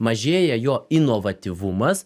mažėja jo inovatyvumas